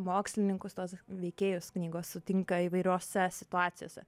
mokslininkus tuos veikėjus knygos sutinka įvairiose situacijose